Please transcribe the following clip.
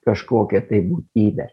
kažkokią tai būtybę